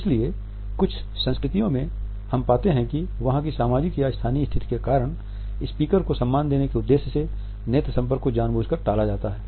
इसलिए कुछ संस्कृतियों में हम पाते हैं कि वहां की सामाजिक या स्थानीय स्थिति के कारण स्पीकर को सम्मान देने के उद्देश्य से नेत्र संपर्क को जानबूझकर टाला जाता है